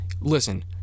Listen